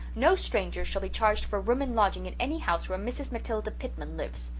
no strangers shall be charged for room and lodging in any house where mrs. matilda pitman lives.